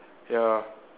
ya